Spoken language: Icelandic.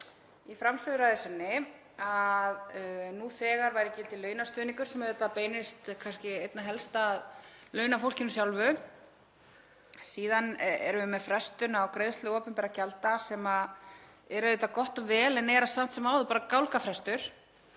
í framsöguræðu sinni að nú þegar væri í gildi launastuðningur sem beinist kannski einna helst að launafólkinu sjálfu. Síðan erum við með frestun á greiðslu opinberra gjalda sem er auðvitað gott og vel en er samt sem áður bara gálgafrestur,